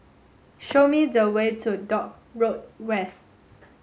show me the way to Dock Road West